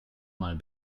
mal